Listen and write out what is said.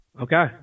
Okay